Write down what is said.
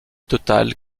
totale